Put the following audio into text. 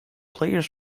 players